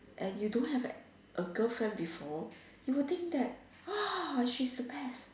and you don't have a girlfriend before you would think that ah she's the best